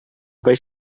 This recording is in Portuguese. vai